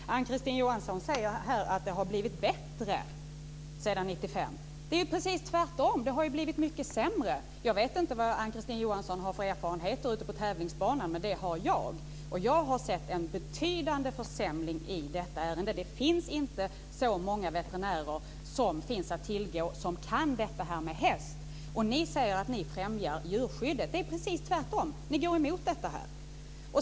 Fru talman! Ann-Kristine Johansson säger här att det har blivit bättre sedan 1995. Det är ju precis tvärtom. Det har blivit mycket sämre. Jag vet inte om Ann-Kristine Johansson har erfarenheter från tävlingsbanan, men det har jag. Och jag har sett en betydande försämring i detta ärende. Det finns inte så många veterinärer att tillgå som kan detta med häst. Ni säger att ni främjar djurskyddet. Det är precis tvärtom. Ni går emot detta.